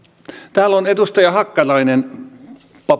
täällä on edustaja hakkarainen